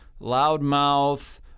loudmouth